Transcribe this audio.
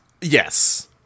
Yes